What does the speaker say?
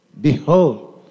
Behold